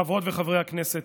חברות וחברי הכנסת,